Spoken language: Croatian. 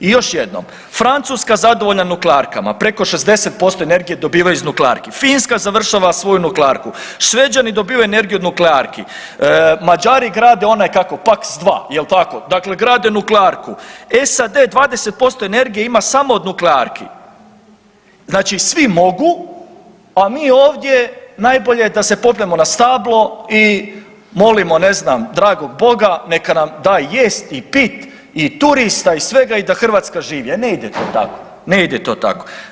I još jednom, Francuska je zadovoljna nuklearkama, preko 60% energije dobivaju iz nuklearki, Finska završava svoju nuklearku, Šveđani dobivaju energiju od nuklearki, Mađari grade onaj kako Paks-2, jel tako, dakle grade nuklearku, SAD 20% energije ima samo od nuklearki, znači svi mogu, a mi ovdje najbolje da se popnemo na stablo i molimo ne znam dragog Boga neka nam da jest i pit i turista i svega i da Hrvatska živi, a ne ide to tako, ne ide to tako.